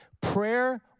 Prayer